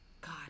God